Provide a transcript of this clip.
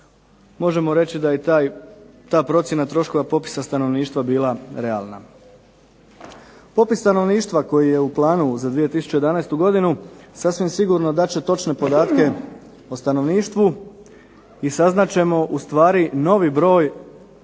možemo reći da je ta procjena troškova popisa stanovništva bila realna. Popis stanovništva koji je u planu za 2011. godinu sasvim sigurno dati će točne podatke o stanovništvu i saznat ćemo novi broj